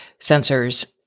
sensors